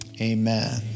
Amen